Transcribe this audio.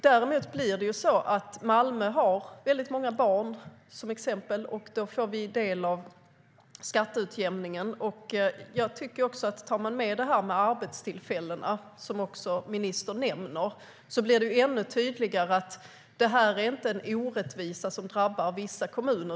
Däremot får Malmö, som till exempel har många barn, ta del av skatteutjämningen. Om man tar med arbetstillfällen, vilket ministern också nämner, blir det ännu tydligare att det inte handlar om en orättvisa som drabbar vissa kommuner.